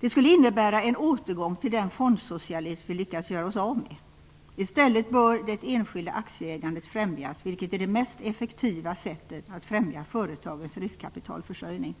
Det skulle innebära en återgång till den fondsocialism vi lyckats göra oss av med. I stället bör det enskilda aktieägandet främjas, vilket är det mest effektiva sättet att främja företagens riskkapitalförsörjning.